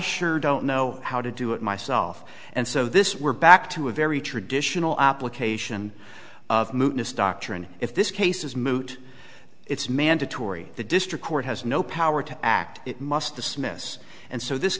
sure don't know how to do it myself and so this we're back to a very traditional application of doctrine if this case is moot it's mandatory the district court has no power to act it must dismiss and so this